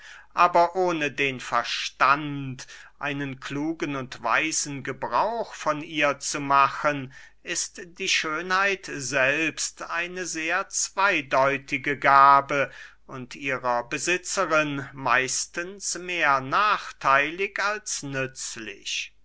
aber ohne den verstand einen klugen und weisen gebrauch von ihr zu machen ist die schönheit selbst eine sehr zweydeutige gabe und ihrer besitzerin meistens mehr nachtheilig als nützlich